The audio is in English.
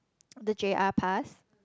oh the J_R pass